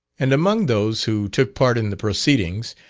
and among those who took part in the proceedings,